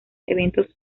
eventos